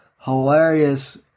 hilarious